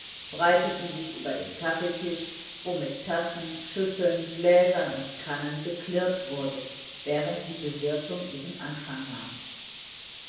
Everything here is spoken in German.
breiteten sich über den kaffeetisch wo mit tassen schüsseln gläsern und kannen geklirrt wurde während die bewirtung ihren anfang nahm